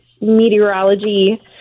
meteorology